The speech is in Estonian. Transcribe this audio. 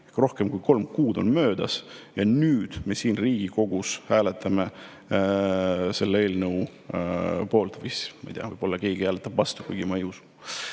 Rohkem kui kolm kuud on möödas ja nüüd me siin Riigikogus hääletame selle eelnõu poolt. Ma ei tea, võib-olla keegi hääletab ka vastu, kuigi ma